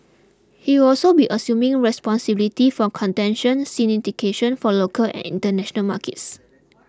he will also be assuming responsibility for contention syndication for local and international markets